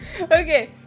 Okay